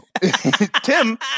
Tim